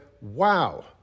Wow